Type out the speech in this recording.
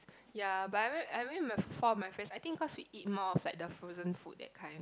ya but I went with I went with four of my friends I think cause we eat more of like the frozen food that kind